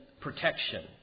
protection